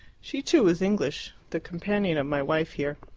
she, too, was english, the companion of my wife here.